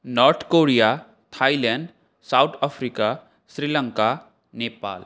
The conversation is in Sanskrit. नार्ट्कोरिया थैलेण्डः सौट् अफ्रिका स्रिलङ्का नेपालः